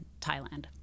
Thailand